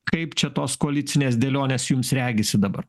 kaip čia tos koalicinės dėlionės jums regisi dabar